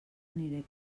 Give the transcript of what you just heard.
aniré